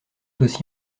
aussi